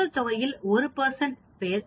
மக்கள் தொகையில் 1 பேர் எச்